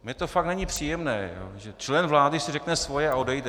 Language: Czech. Mně to fakt není příjemné, že člen vlády si řekne svoje a odejde.